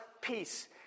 peace